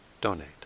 donate